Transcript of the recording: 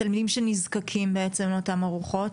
תלמידים שנזקקים לאותן ארוחות?